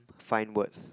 fine words